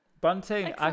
Bunting